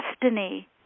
destiny